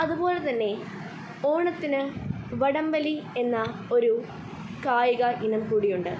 അതുപോലെ തന്നെ ഓണത്തിന് വടം വലി എന്ന ഒരു കായിക ഇനം കൂടിയുണ്ട്